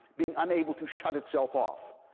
being unable to shut itself off.